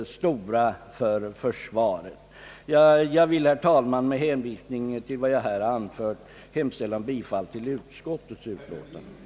Jag vill, herr talman, med hänvisning till vad jag här har anfört hemställa om bifall till utskottets förslag.